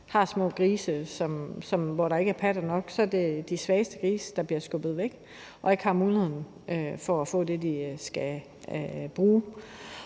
har små grise, hvor der ikke er patter nok, så er det de svageste grise, der bliver skubbet væk og ikke har mulighed for at få det, de skal bruge.